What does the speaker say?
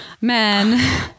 men